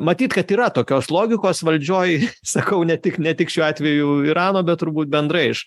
matyt kad yra tokios logikos valdžioj sakau ne tik ne tik šiuo atveju irano bet turbūt bendrai iš